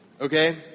okay